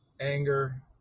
anger